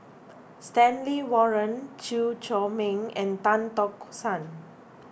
Stanley Warren Chew Chor Meng and Tan Tock San